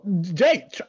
Jay